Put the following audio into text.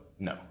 No